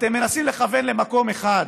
אתם מנסים לכוון למקום אחד,